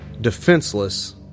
defenseless